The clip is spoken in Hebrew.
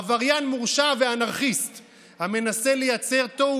עבריין מורשע ואנרכיסט המנסה לייצר תוהו